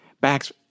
backs